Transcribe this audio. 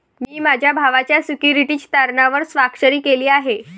मी माझ्या भावाच्या सिक्युरिटीज तारणावर स्वाक्षरी केली आहे